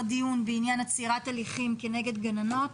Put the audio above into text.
דיון בעניין עצירת הליכים כנגד גננות,